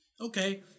Okay